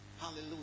Hallelujah